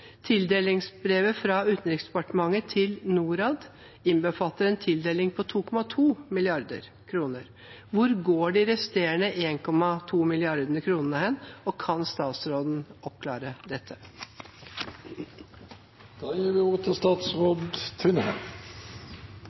Tildelingsbrevet fra Utenriksdepartementet til Norad innbefatter en tildeling på 2,2 mrd. kr. Hvor går de resterende 1,2 mrd. kr hen, og kan statsråden oppklare dette? Jeg har også lyst til